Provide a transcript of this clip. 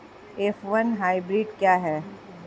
F one hybrid क्या है?